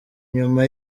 nyuma